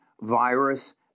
virus